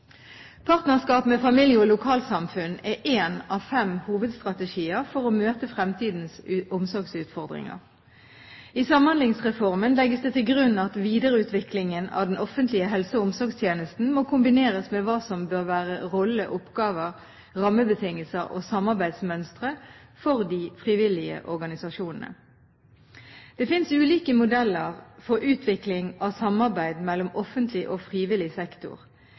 Partnerskap med familie og lokalsamfunn er én av fem hovedstrategier for å møte fremtidens omsorgsutfordringer. I Samhandlingsreformen legges det til grunn at videreutviklingen av den offentlige helse- og omsorgstjenesten må kombineres med hva som bør være rolle, oppgaver, rammebetingelser og samarbeidsmønstre for de frivillige organisasjonene. Det finnes ulike modeller for utvikling av samarbeid mellom offentlig og frivillig sektor.